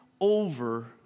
over